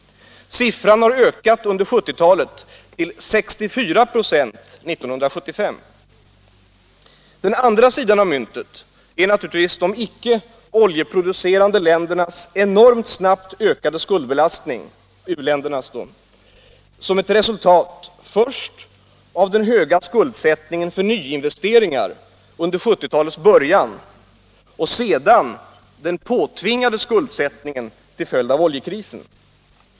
Andelen har ökat under 1970-talet till 64 96 år 1975. Den andra sidan av myntet är naturligtvis de icke oljeproducerande u-ländernas enormt snabbt ökade skuldbelastning som ett resultat först av den höga skuldsättningen för nyinvesteringar under 1970-talets början och sedan av den påtvingade skuldsättningen till följd av oljekrisen.